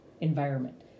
environment